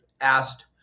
asked